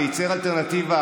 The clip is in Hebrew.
זחלת.